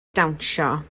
dawnsio